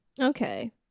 Okay